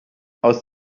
aus